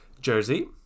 jersey